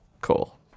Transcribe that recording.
cool